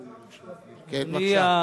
כן, בבקשה.